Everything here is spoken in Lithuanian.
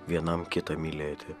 vienam kitą mylėti